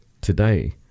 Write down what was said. today